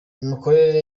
imikorere